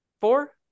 four